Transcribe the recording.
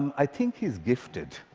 i think he's gifted,